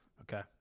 Okay